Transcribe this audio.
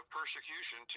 persecution